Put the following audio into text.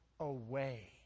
away